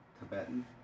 Tibetan